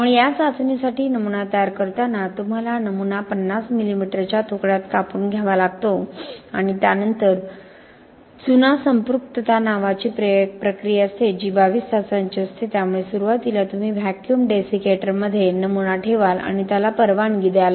त्यामुळे या चाचणीसाठी नमुना तयार करताना तुम्हाला नमुना 50 मिमीच्या तुकड्यात कापून घ्यावा लागतो आणि त्यानंतर चुना संपृक्तता नावाची प्रक्रिया असते जी 22 तासांची असते त्यामुळे सुरुवातीला तुम्ही व्हॅक्यूम डेसिकेटरमध्ये नमुना ठेवाल आणि त्याला परवानगी द्याल